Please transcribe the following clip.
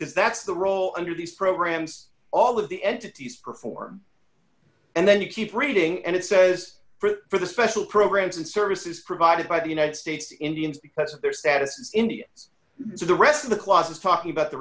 because that's the role under these programs all of the entities perform and then you keep reading and it says for the special programs and services provided by the united states indians present their status as indians so the rest of the clauses talking about the